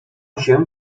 się